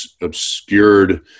obscured